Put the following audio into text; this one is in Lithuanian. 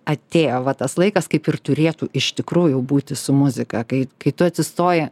atėjo va tas laikas kaip ir turėtų iš tikrųjų būti su muzika kai kai tu atsistoji